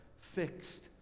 fixed